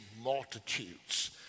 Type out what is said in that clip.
multitudes